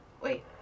wait